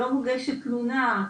לא מוגשת תלונה,